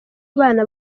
abana